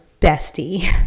bestie